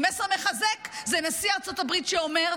כי מסר מחזק הוא נשיא ארצות הברית שאומר: